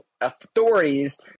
authorities